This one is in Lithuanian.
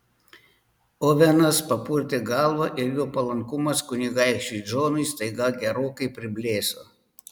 ovenas papurtė galvą ir jo palankumas kunigaikščiui džonui staiga gerokai priblėso